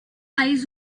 eyes